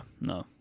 no